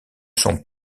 sont